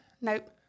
Nope